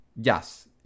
Yes